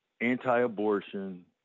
anti-abortion